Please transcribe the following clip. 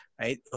right